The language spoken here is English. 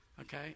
Okay